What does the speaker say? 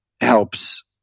helps